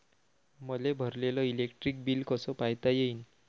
मले भरलेल electric bill कस पायता येईन?